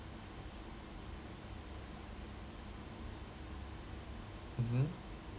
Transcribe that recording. mmhmm